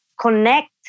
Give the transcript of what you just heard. connect